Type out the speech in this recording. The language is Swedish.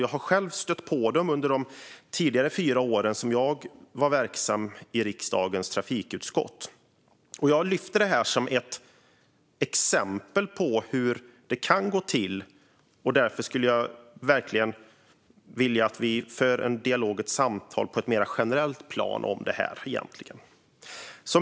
Jag har själv stött på dem under de tidigare fyra år som jag var verksam i riksdagens trafikutskott. Jag lyfter fram detta som ett exempel på hur det kan gå till. Därför skulle jag vilja att vi för en dialog och ett samtal på ett mer generellt plan om detta. Herr talman!